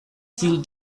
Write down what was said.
still